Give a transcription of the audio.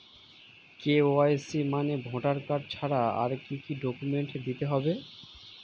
KYC মানে voter card ছাড়া আর কি কি ডকুমেন্ট দিতে হবে?